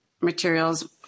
materials